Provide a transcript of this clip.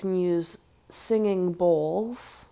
can use singing bowls